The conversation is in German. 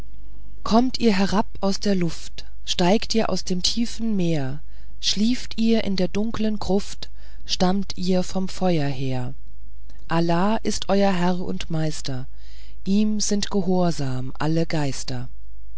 kommt ihr herab aus der luft steigt ihr aus tiefem meer schlieft ihr in dunkler gruft stammt ihr vom feuer her allah ist euer herr und meister ihm sind gehorsam alle geister